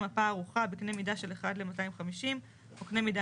"מפה ערוכה בקנה מידה של 1 ל-250 או קנה מידה